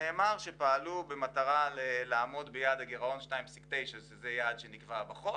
נאמר שפעלו במטרה לעמוד ביעד הגירעון 2.9% שזה יעד שנקבע בחוק,